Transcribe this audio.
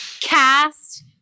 cast